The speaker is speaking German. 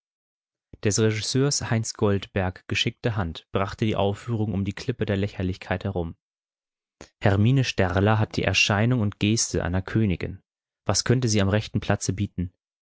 des regisseurs heinz goldberg geschickte hand brachte die aufführung um die klippe der lächerlichkeit herum hermine sterler hat die erscheinung und geste einer königin was könnte sie am rechten platze bieten